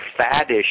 faddish